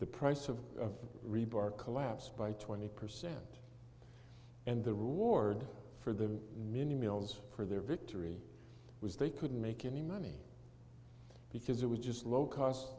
the price of rebar collapsed by twenty percent and the reward for the mini meals for their victory was they couldn't make any money because it was just low cost